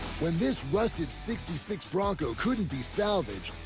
when this rusted sixty six bronco couldn't be salvaged,